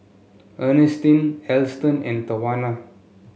Earnestine Alston and Tawanna